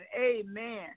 amen